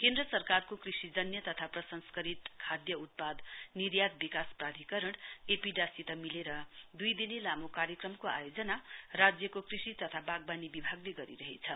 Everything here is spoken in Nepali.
केन्द्र सरकारको कृषिजन्य तथा प्रशंस्करित खाद्य उत्पाद निर्यात विकास प्राधिकरण एपीईडीए सित मिलेर दुई दिने लामो कार्यक्रमको आयोजना राज्यको कृषि तथा बागबानी विभागले गरहेछ